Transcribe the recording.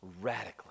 radically